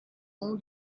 own